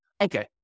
Okay